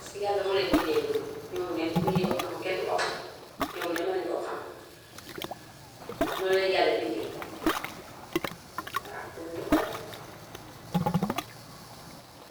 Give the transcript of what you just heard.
Paska yàlla moo leen bindee loolu, ñoomu neen xam nga li ñuy wax kenn du ko. Ñoomu neen man nañ koo xam ndax noon la leen yàlla bindee. Waaw comme nit rekk.